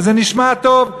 וזה נשמע טוב,